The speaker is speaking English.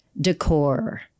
decor